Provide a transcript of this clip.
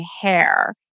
hair